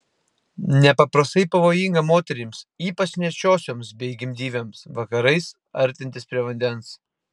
nepaprastai pavojinga moterims ypač nėščiosioms bei gimdyvėms vakarais artintis prie vandens